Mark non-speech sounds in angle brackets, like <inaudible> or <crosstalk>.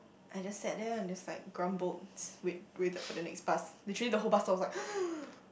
I just sat there on this like grumbled just wait waited for the next bus literally the whole bus stop was like <noise>